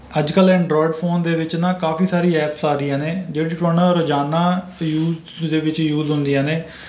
ਅੱਜ ਕੱਲ੍ਹ Android phone ਦੇ ਵਿੱਚ ਨਾ ਕਾਫ਼ੀ ਸਾਰੀ ਐਪਸ ਆ ਰਹੀਆਂ ਨੇ ਜਿਹੜੀ ਤੁਹਾਨੂੰ ਰੋਜ਼ਾਨਾ ਯੂਜ਼ ਦੇ ਵਿੱਚ ਯੂਜ਼ ਹੁੰਦੀਆਂ ਨੇ